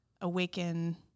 awaken